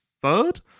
third